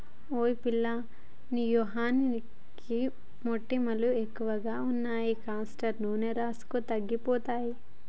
ఓయ్ పిల్లా నీ మొహానికి మొటిమలు ఎక్కువగా ఉన్నాయి కాస్టర్ నూనె రాసుకో తగ్గిపోతాయి